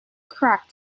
cracked